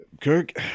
Kirk